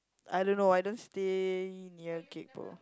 I don't know I don't stay near